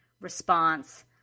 response